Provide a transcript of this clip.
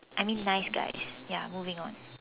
I mean nice guys ya moving on